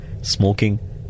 Smoking